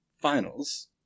finals